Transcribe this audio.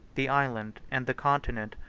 the island, and the continent,